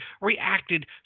reacted